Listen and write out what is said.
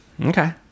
okay